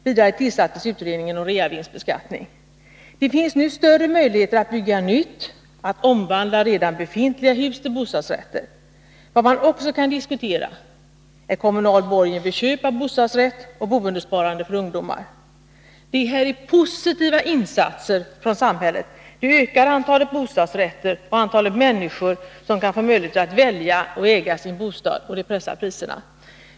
Vidare tillsattes utredningen om reavinstbeskattning. Det finns nu större möjligheter att bygga nytt, att omvandla redan befintliga hus till bostadsrätter. Vad man också kan diskutera är kommunal borgen vid köp av bostadsrätt och boendesparande för ungdomar. Det här är positiva insatser från samhället. Härigenom ökar antalet bostadsrätter och antalet människor som kan få möjlighet att välja att äga sin bostad, och det pressar priserna.